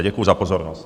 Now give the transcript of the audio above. Děkuju za pozornost.